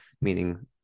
meaning